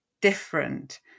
different